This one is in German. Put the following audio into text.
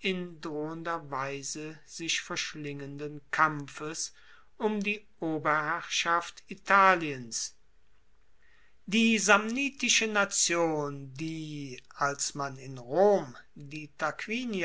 in drohender weise sich verschlingenden kampfes um die oberherrschaft italiens die samnitische nation die als man in rom die tarquinier